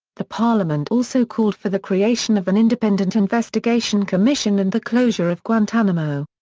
the parliament also called for the creation of an independent investigation commission and the closure of guantanamo.